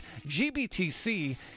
GBTC